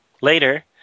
Later